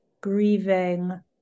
grieving